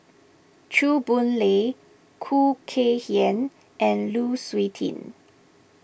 Chew Boon Lay Khoo Kay Hian and Lu Suitin